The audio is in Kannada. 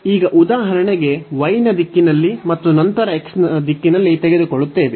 ಈಗ ಉದಾಹರಣೆಗೆ y ನ ದಿಕ್ಕಿನಲ್ಲಿ ಮತ್ತು ನಂತರ x ನ ದಿಕ್ಕಿನಲ್ಲಿ ತೆಗೆದುಕೊಳ್ಳುತ್ತೇವೆ